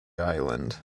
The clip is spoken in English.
island